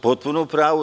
Potpuno ste u pravu.